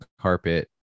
carpet